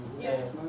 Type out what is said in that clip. Yes